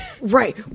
Right